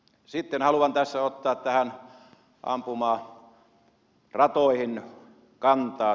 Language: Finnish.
sitten haluan tässä ottaa näihin ampumaratoihin kantaa